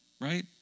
Right